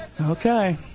Okay